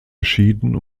geschieden